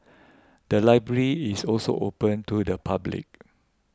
the library is also open to the public